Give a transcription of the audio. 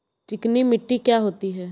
चिकनी मिट्टी क्या होती है?